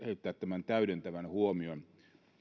heittää tämän täydentävän huomion